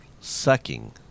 sucking